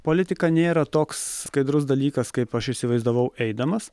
politika nėra toks skaidrus dalykas kaip aš įsivaizdavau eidamas